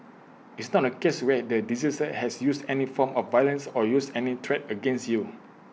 it's not A case where the deceased has used any form of violence or used any threat against you